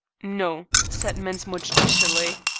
no, said mensmore judicially,